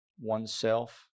oneself